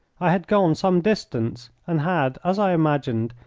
i had gone some distance, and had, as i imagined,